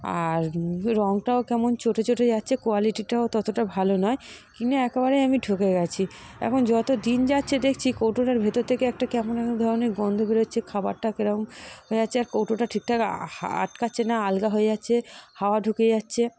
আর রংটাও কেমন চটে চটে যাচ্ছে কোয়ালিটিটাও ততটা ভালো নয় কিনে একেবারেই আমি ঠকে গিয়েছি এখন যত দিন যাচ্ছে দেখছি কৌটোটার ভিতর থেকে একটা কেমন এক ধরনের গন্ধ বের হচ্ছে খাবারটা কিরম হয়ে যাচ্ছে আর কৌটোটা ঠিকঠাক আটকাচ্ছে না আলগা যাচ্ছে হাওয়া ঢুকে যাচ্ছে